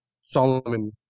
Solomon